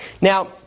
Now